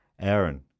Aaron